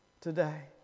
today